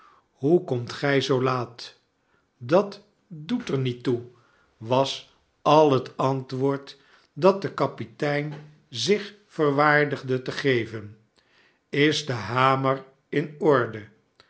hoe komt gij zoo laat dat doet er niet toe was al het antwoord dat de kapitein zich verwaardigde te geven is de hamer in orde